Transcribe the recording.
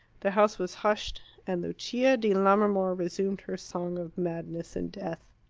the house was hushed, and lucia di lammermoor resumed her song of madness and death.